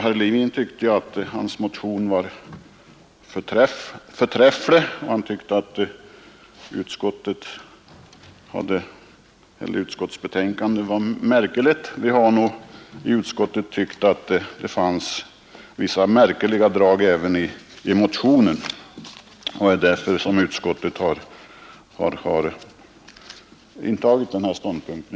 Herr Levin tyckte att hans motion var förträfflig och att utskottets betänkande var märkligt. Vi har nog i utskottet tyckt att det fanns vissa märkliga drag även i motionen. Det är därför utskottet har intagit sin ståndpunkt.